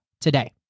today